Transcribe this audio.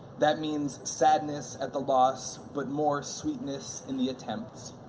that means sadness at the loss, but more sweetness in the attempts.